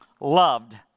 loved